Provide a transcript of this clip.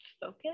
focus